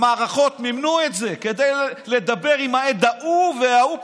המערכות מימנו את זה כדי לדבר עם העד ההוא וההוא,